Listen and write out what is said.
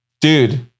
dude